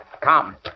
Come